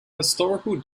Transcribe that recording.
historical